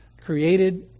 created